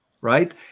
right